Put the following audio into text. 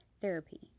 Therapy